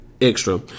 Extra